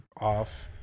off